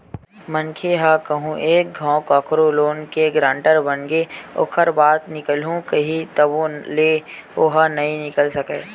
मनखे ह कहूँ एक घांव कखरो लोन के गारेंटर बनगे ओखर बाद निकलहूँ कइही तभो ले ओहा नइ निकल सकय